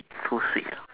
so sweet ah